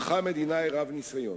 הינך מדינאי רב-ניסיון.